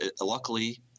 luckily